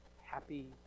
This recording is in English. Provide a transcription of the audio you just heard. happy